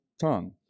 tongue